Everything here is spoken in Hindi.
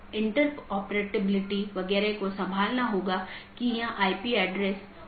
अब एक नया अपडेट है तो इसे एक नया रास्ता खोजना होगा और इसे दूसरों को विज्ञापित करना होगा